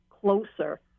closer